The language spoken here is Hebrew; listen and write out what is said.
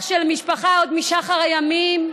הערך של משפחה, עוד משחר הימים,